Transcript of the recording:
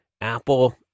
Apple